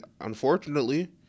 Unfortunately